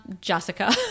Jessica